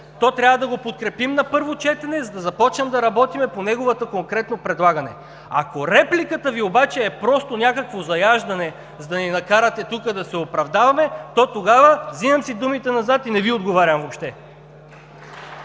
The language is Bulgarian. то трябва да го подкрепим на първо четене, за да започнем да работим по неговото конкретно предлагане. Ако репликата Ви обаче е просто някакво заяждане, за да ни накарате да се оправдаваме, то тогава си вземам думите назад и не Ви отговарям въобще.